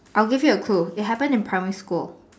I will give you a clue it happen in primary school